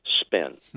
spin